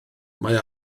mae